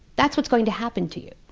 that's what's going to happen to you.